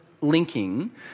linking